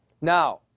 Now